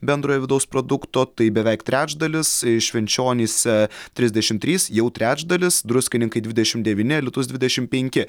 bendrojo vidaus produkto tai beveik trečdalis švenčionys ee trisdešimt trys jau trečdalis druskininkai dvidešimt devyni alytus dvidešimt penki